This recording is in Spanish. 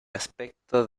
aspecto